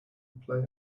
play